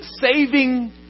saving